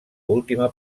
última